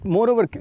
Moreover